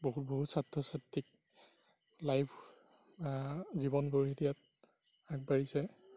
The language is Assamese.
বহুত বহু ছাত্ৰ ছাত্ৰীক লাইফ জীৱন গঢ়ি দিয়াত আগবাঢ়িছে